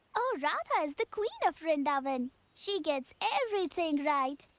o, radha is the queen of vrindavan. she gets everything right.